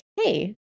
Hey